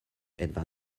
etwa